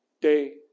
day